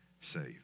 saved